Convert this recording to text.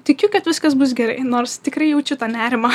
tikiu kad viskas bus gerai nors tikrai jaučiu tą nerimą